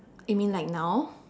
you mean like now